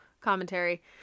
commentary